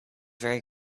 very